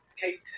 Kate